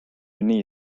nii